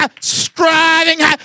striving